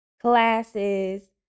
classes